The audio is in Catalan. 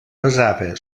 basava